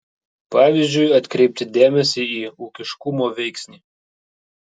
pavyzdžiui atkreipti dėmesį į ūkiškumo veiksnį